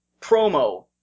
promo